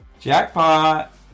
Jackpot